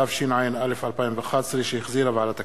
התשע"א 2011, שהחזירה ועדת הכספים,